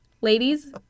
Ladies